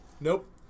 Nope